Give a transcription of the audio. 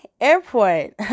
Airport